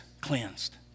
cleansed